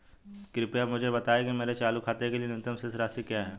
कृपया मुझे बताएं कि मेरे चालू खाते के लिए न्यूनतम शेष राशि क्या है